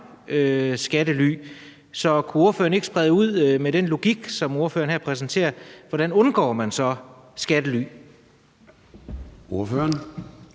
skattely. Så kunne ordføreren ikke brede det ud med den logik, som ordføreren her præsenterer, altså hvordan man så undgår skattely? Kl.